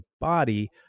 body